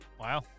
Wow